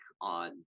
on